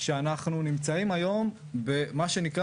שאנחנו נמצאים היום במה שנקרא,